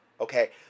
Okay